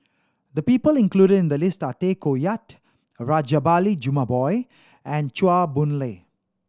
the people included in the list are Tay Koh Yat Rajabali Jumabhoy and Chua Boon Lay